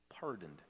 pardoned